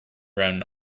ran